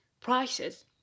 prices